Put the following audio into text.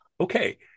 Okay